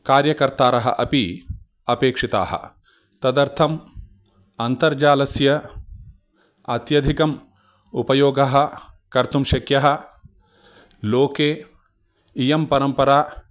कार्यकर्तारः अपि अपेक्षिताः तदर्थम् अन्तर्जालस्य अत्यधिकम् उपयोगः कर्तुं शक्यः लोके इयं परम्परा